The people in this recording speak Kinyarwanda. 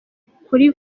kuri